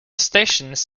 stations